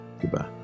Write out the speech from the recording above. Goodbye